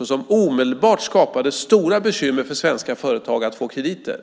Det skapade omedelbart stora bekymmer för svenska företag att få krediter